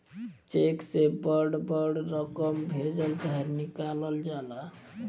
check से बड़ बड़ रकम भेजल चाहे निकालल जाला